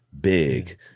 big